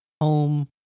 home